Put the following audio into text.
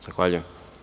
Zahvaljujem.